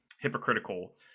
hypocritical